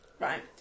Right